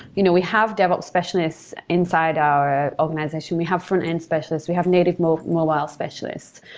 you know we have devops specialists inside our organization. we have frontend specialists. we have native mobile mobile specialists,